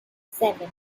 seven